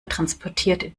transportiert